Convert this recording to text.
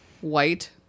white